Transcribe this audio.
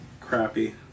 crappy